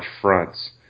fronts